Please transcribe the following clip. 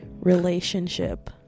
relationship